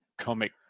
comic